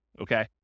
okay